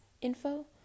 info